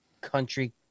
country